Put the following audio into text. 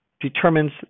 determines